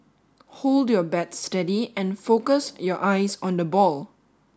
hold your bat steady and focus your eyes on the ball